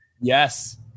Yes